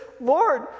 Lord